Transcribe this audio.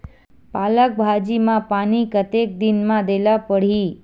पालक भाजी म पानी कतेक दिन म देला पढ़ही?